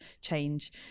change